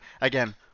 again